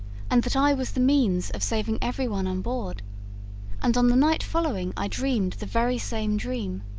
and that i was the means of saving every one on board and on the night following i dreamed the very same dream.